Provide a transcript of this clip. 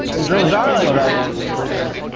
those are like legos.